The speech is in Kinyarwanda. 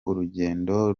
urugendo